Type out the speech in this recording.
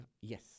Yes